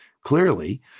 clearly